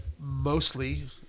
mostly